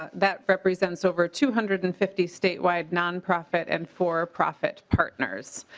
that represents over two hundred and fifty statewide nonprofit and for-profit partners.